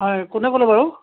হয় কোনে ক'লে বাৰু